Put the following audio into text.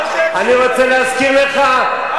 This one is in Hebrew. אני רוצה להזכיר לך,